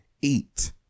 eat